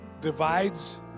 Divides